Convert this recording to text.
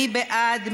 מי בעד?